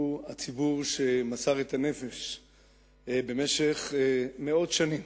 הוא הציבור שמסר את הנפש במשך מאות שנים,